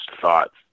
thoughts